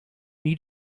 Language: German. nie